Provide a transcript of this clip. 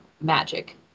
magic